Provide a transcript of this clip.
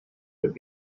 would